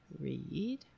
Read